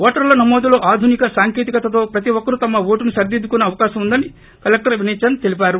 ఓటర్ల నమోదులో ఆధునిక సాంకేతికతతో ప్రతి ఒక్కరూ తమ ఓటును సరిదిద్దుకునే అవకాశం ఉందని కలెక్టర్ వినయ్ చంద్ తెలిపారు